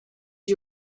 you